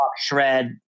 Shred